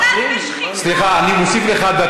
בשחיתות, חברת הכנסת יעל כהן-פארן, סליחה.